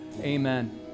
Amen